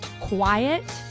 quiet